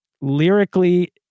lyrically